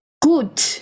good